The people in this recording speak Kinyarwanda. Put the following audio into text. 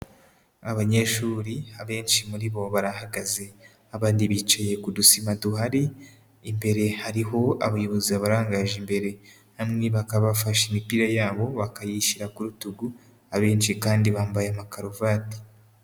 Abanyeshuri abenshi muri bo barahagaze, abandi bicaye ku dusima duhari, imbere hariho abayobozi babarangaje imbere, bamwe bakaba bafashe imipira yabo bakayishyira ku rutugu, abenshi kandi bambaye amakaruvati.